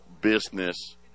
business